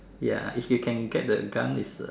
ya if you can get the gun is